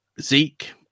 Zeke